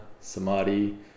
samadhi